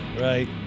Right